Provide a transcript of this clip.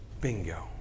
Bingo